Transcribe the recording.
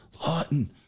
Lawton